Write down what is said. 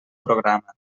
programa